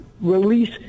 release